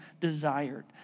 desired